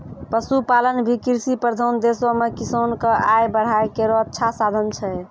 पशुपालन भी कृषि प्रधान देशो म किसान क आय बढ़ाय केरो अच्छा साधन छै